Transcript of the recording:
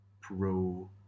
pro